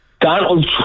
donald